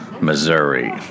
Missouri